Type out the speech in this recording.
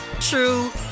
true